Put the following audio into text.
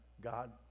God